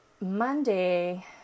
Monday